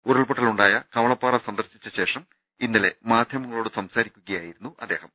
ഉരുൾപൊട്ടലുണ്ടായ കവളപ്പാറ സന്ദർശിച്ചശേഷം ഇന്നലെ മാധൃമങ്ങളോട് സംസാരിക്കുകയായിരുന്നു അദ്ദേഹം